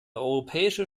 europäische